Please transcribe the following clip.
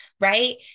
right